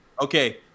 Okay